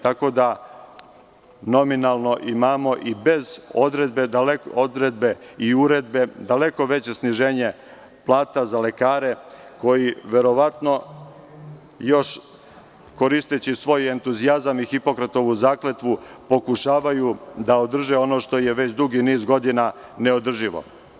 Tako da nominalno imamo i bez odredbe i uredbe daleko veće sniženje plata za lekare koji verovatno još koristeći svoj entuzijazam i Hipokratovu zakletvu pokušavaju da održe ono što je već dugi niz godina neodrživo.